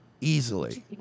easily